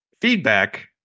feedback